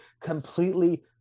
completely